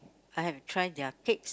I have tried their cakes